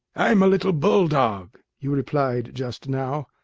i'm a little bull-dog, you replied just now,